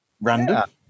random